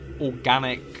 organic